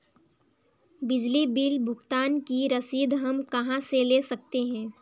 बिजली बिल भुगतान की रसीद हम कहां से ले सकते हैं?